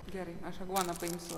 gerai aš aguoną paimsiu